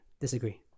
disagree